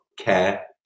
care